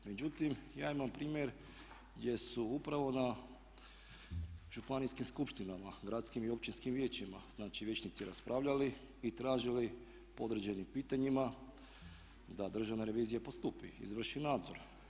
Međutim ja imam primjer gdje su upravo na županijskim skupštinama, gradskim i općinskom vijećima znači vijećnici raspravljali i tražili po određenim pitanjima da državna revizija postupi, izvrši nadzor.